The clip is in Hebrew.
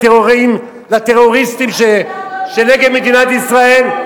לטרוריסטים נגד מדינת ישראל,